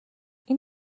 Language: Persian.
این